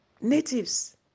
Natives